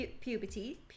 puberty